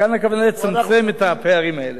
אבל פה, כאן הכוונה לצמצם את הפערים האלה.